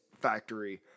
factory